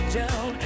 down